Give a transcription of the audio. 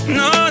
no